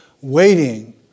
waiting